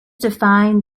define